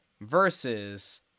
versus